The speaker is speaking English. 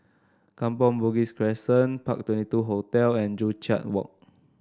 Kampong Bugis Crescent Park Twenty two Hotel and Joo Chiat Walk